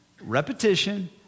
repetition